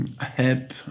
help